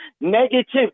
negative